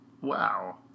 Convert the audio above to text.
wow